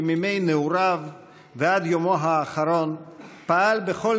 שמימי נעוריו ועד יומו האחרון פעל בכל